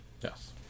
Yes